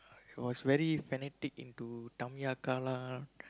was very fanatic into Tamiya car lah